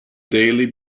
daily